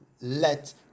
let